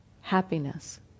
happiness